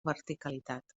verticalitat